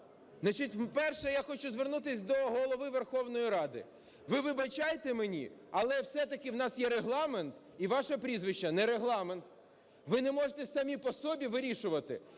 Значить, по-перше, я хочу звернутись до Голови Верховної Ради. Ви вибачайте мені, але все-таки в нас є Регламент і ваше прізвище - не Регламент. Ви не можете самі по собі вирішувати,